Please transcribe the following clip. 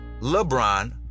LeBron